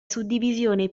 suddivisione